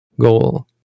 goal